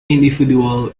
individual